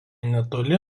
netoli